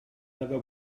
never